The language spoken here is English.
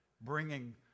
bringing